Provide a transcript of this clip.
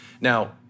Now